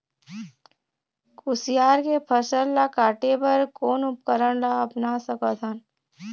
कुसियार के फसल ला काटे बर कोन उपकरण ला अपना सकथन?